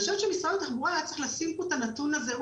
משרד התחבורה היה צריך להציג פה את הנתון הזה.